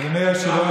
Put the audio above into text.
אדוני היושב-ראש,